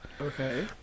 Okay